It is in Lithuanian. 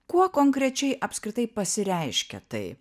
kuo konkrečiai apskritai pasireiškia tai